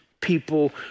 people